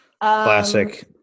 Classic